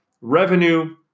revenue